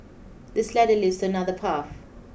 this ladder leads to another path